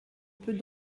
peut